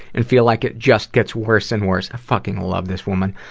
and feel like it just gets worse and worse. i fucking love this woman.